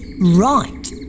right